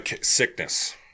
Sickness